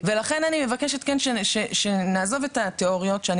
ולכן אני מבקשת שנעזוב את התיאוריות שאני